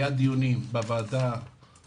היו מספר דיונים בוועדת הפנים